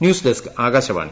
news desk Akashvani